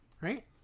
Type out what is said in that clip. right